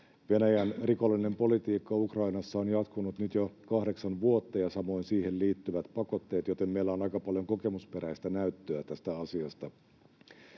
Venäjän rikollinen politiikka Ukrainassa on jatkunut nyt jo kahdeksan vuotta ja samoin siihen liittyvät pakotteet, joten meillä on aika paljon kokemusperäistä näyttöä tästä asiasta.